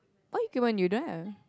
what equipment you don't have